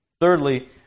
Thirdly